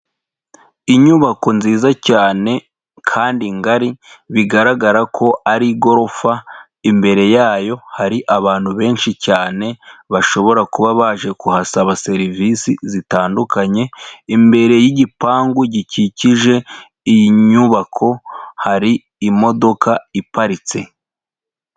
Inyubako nziza cyane kandi ngari bigaragara ko ari gorofa, imbere yayo hari abantu benshi cyane bashobora kuba baje kuhasaba serivisi zitandukanye, imbere y'igipangu gikikije iyi nyubako hari imodoka iparitse.